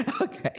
Okay